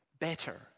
Better